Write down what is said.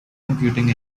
computing